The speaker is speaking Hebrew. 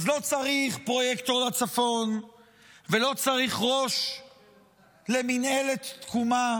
אז לא צריך פרויקטור לצפון ולא צריך ראש למינהלת תקומה